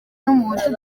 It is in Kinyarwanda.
n’umuhutu